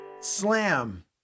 Slam